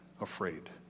afraid